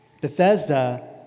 Bethesda